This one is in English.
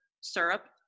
syrup